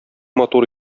матур